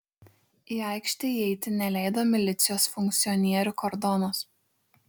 į aikštę įeiti neleido milicijos funkcionierių kordonas